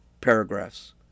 paragraphs